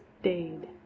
stayed